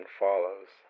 follows